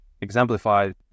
exemplified